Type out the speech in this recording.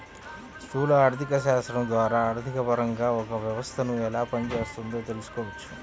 స్థూల ఆర్థికశాస్త్రం ద్వారా ఆర్థికపరంగా ఒక వ్యవస్థను ఎలా పనిచేస్తోందో తెలుసుకోవచ్చు